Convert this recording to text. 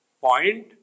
point